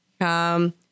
Come